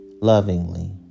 lovingly